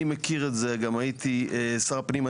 אני מכיר את זה, גם הייתי שר הפנים.